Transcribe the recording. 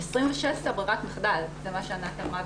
26 זה ברירת המחדל, זה מה שענת אמרה.